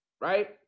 right